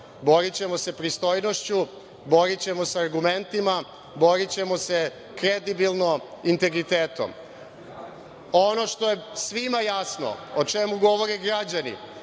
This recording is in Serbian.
borićemo se pristojnošću, borićemo se argumentima, borićemo se kredibilno integritetom. Ono što je svima jasno, o čemu govore građani,